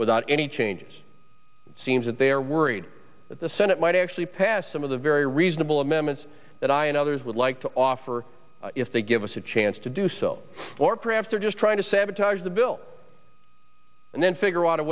without any changes seems that they are worried that the senate might actually pass some of the very reasonable amendments that i and others would like to offer if they give us a chance to do so or perhaps they're just trying to sabotage the bill and then figure out a